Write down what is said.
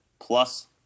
Plus